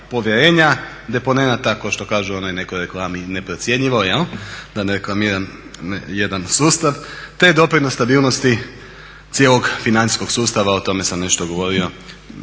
povjerenja deponenata kao što kažu na onoj nekoj reklami neprocjenjivo, …/Govornik se ne razumije./… jedan sustav, te doprinos stabilnosti cijelog financijskog sustava. O tome sam nešto govorio,